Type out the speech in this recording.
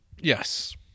Yes